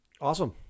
Awesome